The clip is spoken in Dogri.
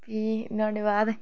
फ्ही नुआढ़े बाद